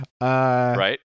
right